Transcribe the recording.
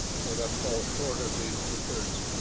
so that falls short of the two-thirds